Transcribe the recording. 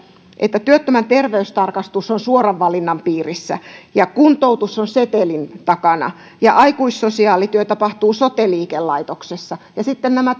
että työttömän terveystarkastus on suoran valinnan piirissä ja kuntoutus on setelin takana ja aikuissosiaalityö tapahtuu sote liikelaitoksessa ja sitten nämä